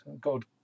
God